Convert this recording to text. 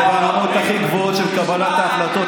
זה הרמות הכי גבוהות של קבלת החלטות.